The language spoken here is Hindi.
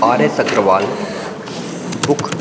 are S Agarwal book